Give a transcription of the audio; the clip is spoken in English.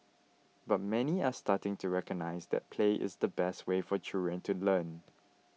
but many are starting to recognise that play is the best way for children to learn